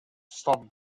stop